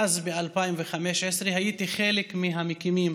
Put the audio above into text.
ואז, ב-2015, הייתי חלק מהמקימים